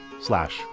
slash